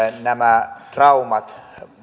nämä traumat